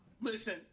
Listen